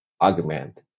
argument